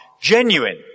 genuine